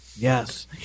Yes